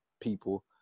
People